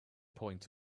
point